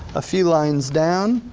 a few lines down.